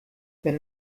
wenn